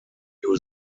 new